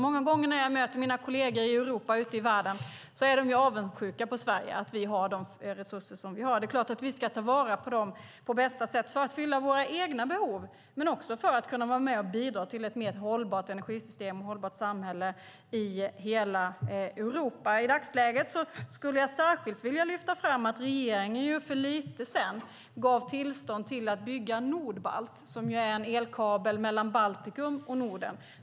Många gånger när jag möter mina kolleger i Europa och ute i världen är de avundsjuka på att Sverige har dessa resurser. Det är klart att vi ska ta vara på dem på bästa sätt för att fylla våra egna behov och för att vara med och bidra till ett mer hållbart energisystem och hållbart samhälle i hela Europa. I dagsläget vill jag särskilt lyfta fram att regeringen för en tid sedan gav tillstånd till att bygga Nordbalt, som är en elkabel mellan Baltikum och Norden.